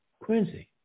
Quincy